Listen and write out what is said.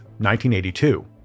1982